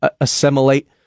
assimilate